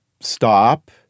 stop